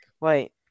Wait